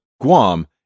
Guam